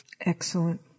Excellent